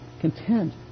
content